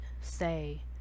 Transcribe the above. say